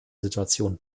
situation